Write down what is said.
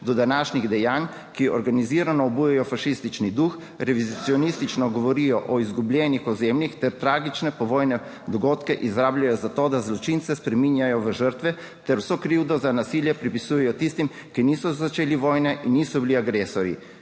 do današnjih dejanj, ki organizirano obujajo fašistični duh, revizionistično govorijo o izgubljenih ozemljih ter tragične povojne dogodke izrabljajo za to, da zločince spreminjajo v žrtve, ter vso krivdo za nasilje pripisujejo tistim, ki niso začeli vojne in niso bili agresorji.